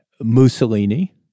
Mussolini